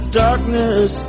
darkness